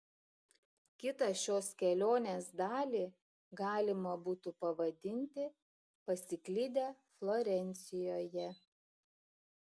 kitą šios kelionės dalį galima būtų pavadinti pasiklydę florencijoje